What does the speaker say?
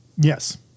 Yes